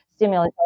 stimulatory